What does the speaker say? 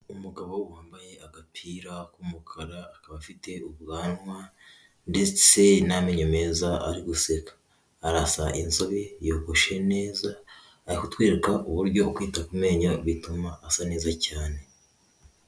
Umugabo wambaye agapira k'umukara, akaba afite ubwanwa ndetse n'amenyo meza ari guseka, arasa inzobe yogoshe neza, ari kutwereka uburyo kwita ku menyo bituma asa neza cyane.